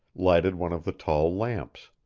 lighted one of the tall lamps.